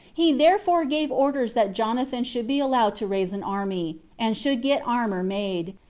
he therefore gave orders that jonathan should be allowed to raise an army, and should get armor made,